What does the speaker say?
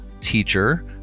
teacher